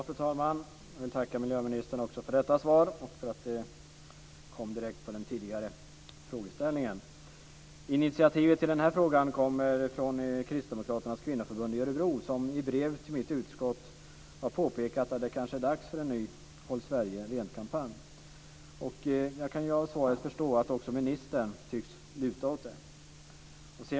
Fru talman! Jag vill tacka miljöministern också för detta svar och för att det kom direkt efter min förra interpellation. Initiativet till denna interpellation kommer från Kristdemokraternas kvinnoförbund i Örebro som i brev till mitt utskott har påpekat att det kanske är dags för en ny Håll Sverige Rent-kampanj. Jag kan av svaret förstå att också ministern tycks luta åt det hållet.